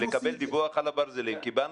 לקבל דיווח על הברזלים.